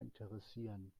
interessieren